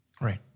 Right